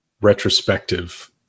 retrospective